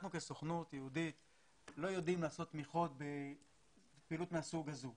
אנחנו כסוכנות יהודית לא יודעים לעשות תמיכות בפעילות מהסוג הזה,